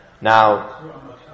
Now